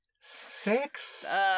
Six